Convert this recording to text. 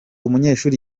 umunyeshuri